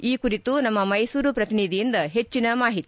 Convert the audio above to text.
ಈ ಕುರಿತು ನಮ್ಮ ಮೈಸೂರು ಪ್ರತಿನಿಧಿಯಿಂದ ಹೆಚ್ಚಿನ ಮಾಹಿತಿ